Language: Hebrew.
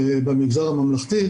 במגזר הממלכתי,